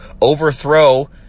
overthrow